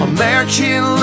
American